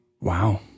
Wow